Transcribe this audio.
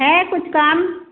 है कुछ काम